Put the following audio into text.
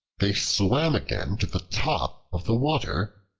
they swam again to the top of the water,